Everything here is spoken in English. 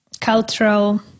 cultural